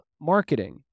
Marketing